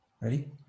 Ready